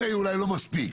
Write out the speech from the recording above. הסיי אולי לא מספיק,